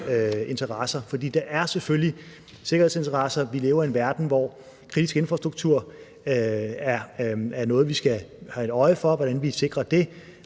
sikkerhedsinteresser, for der er selvfølgelig sikkerhedsinteresser – vi lever i en verden, hvor kritisk infrastruktur er noget, som vi skal have øje for hvordan vi sikrer.